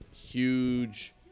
huge